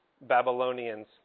Babylonians